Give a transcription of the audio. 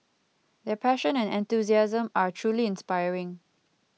their passion and enthusiasm are truly inspiring